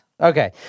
Okay